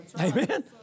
Amen